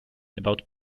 about